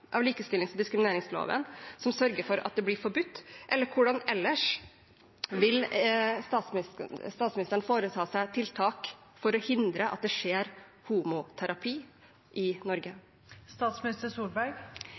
av likestillings- og diskrimineringsloven som sørger for at det blir forbudt? Eller hvordan ellers vil statsministeren foreta seg tiltak for å hindre at det skjer homoterapi i